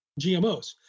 GMOs